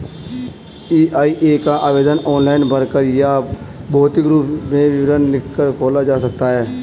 EIA का आवेदन online भरकर या भौतिक रूप में विवरण लिखकर खोला जा सकता है